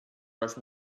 rush